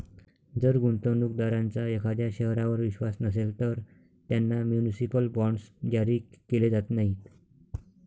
जर गुंतवणूक दारांचा एखाद्या शहरावर विश्वास नसेल, तर त्यांना म्युनिसिपल बॉण्ड्स जारी केले जात नाहीत